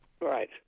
Right